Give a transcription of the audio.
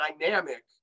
dynamic